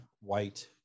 white